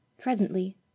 PRESENTLY